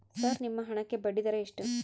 Sir ನಿಮ್ಮ ಹಣಕ್ಕೆ ಬಡ್ಡಿದರ ಎಷ್ಟು?